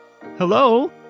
hello